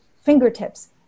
fingertips